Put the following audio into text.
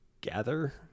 gather